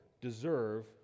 deserve